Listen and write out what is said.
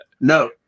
no